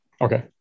Okay